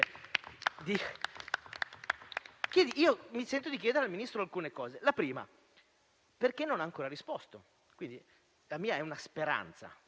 Mi sento di chiedere al Ministro alcune cose. La prima: perché non ha ancora risposto? La mia quindi è una speranza,